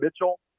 Mitchell